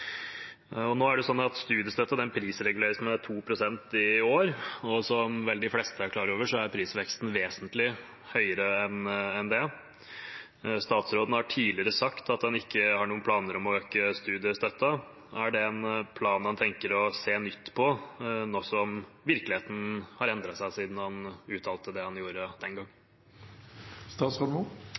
Nå er det sånn at studiestøtten prisreguleres med 2 pst. i år. Som vel de fleste er klar over, er prisveksten vesentlig høyere enn det. Statsråden har tidligere sagt at han ikke har noen planer om å øke studiestøtten. Er det en plan han tenker å se nytt på, nå som virkeligheten har endret seg siden han uttalte det han gjorde den